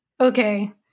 okay